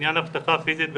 לעניין אבטחה פיזית וחמושה.